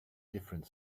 different